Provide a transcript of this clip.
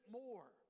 more